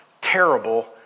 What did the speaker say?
terrible